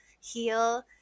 heal